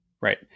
Right